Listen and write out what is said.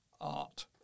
art